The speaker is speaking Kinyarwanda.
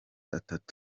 atatu